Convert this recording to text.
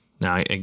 Now